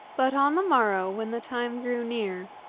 but on the morrow, when the time grew near,